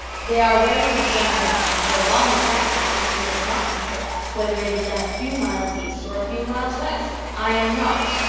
they are wearing the germans out and so long as that happens it does not matter whether it is done a few miles east or a few miles west. i am not,